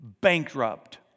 bankrupt